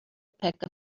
peck